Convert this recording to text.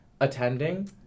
attending